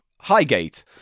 Highgate